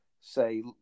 say